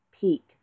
peak